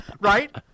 Right